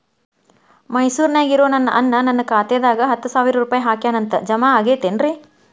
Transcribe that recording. ಮೈಸೂರ್ ನ್ಯಾಗ್ ಇರೋ ನನ್ನ ಅಣ್ಣ ನನ್ನ ಖಾತೆದಾಗ್ ಹತ್ತು ಸಾವಿರ ರೂಪಾಯಿ ಹಾಕ್ಯಾನ್ ಅಂತ, ಜಮಾ ಆಗೈತೇನ್ರೇ?